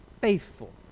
faithful